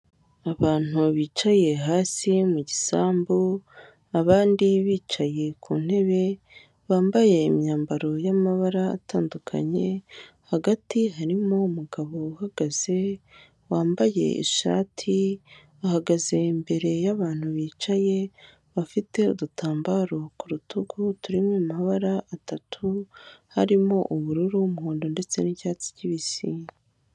Abantu bicaye hasi mu gisambu, abandi bicaye ku ntebe bambaye imyambaro y'amabara atandukanye, hagati harimo umugabo uhagaze wambaye ishati, ahagaze imbere y'abantu bicaye bafite udutambaro ku rutugu turi mu mabara atatu harimo: ubururu, umuhondo, ndetse n'icyatsi kibisi.